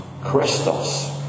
Christos